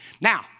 Now